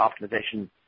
optimization